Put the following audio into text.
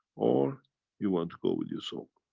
or you want to go with your soul.